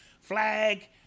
flag